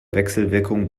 wechselwirkung